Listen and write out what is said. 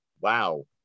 Wow